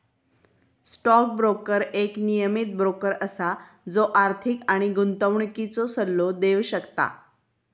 stock broker एक नियमीत broker असा जो आर्थिक आणि गुंतवणुकीचो सल्लो देव शकता